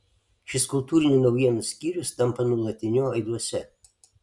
šis kultūrinių naujienų skyrius tampa nuolatiniu aiduose